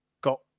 got